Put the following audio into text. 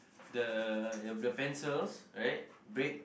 the if the pencils right break